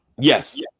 Yes